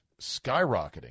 skyrocketing